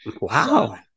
wow